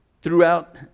throughout